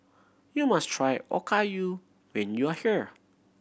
you must try Okayu when you are here